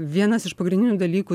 vienas iš pagrindinių dalykų